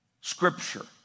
scripture